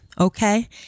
Okay